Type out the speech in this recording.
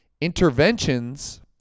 interventions